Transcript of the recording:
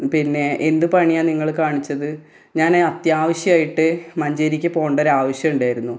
പിന്നെ എന്ത് പണിയാണ് നിങ്ങൾ കാണിച്ചത് ഞാൻ അത്യാവശ്യമായിട്ട് മഞ്ചേരിക്ക് പോവേണ്ട ഒരു ആവശ്യം ഉണ്ടായിരുന്നു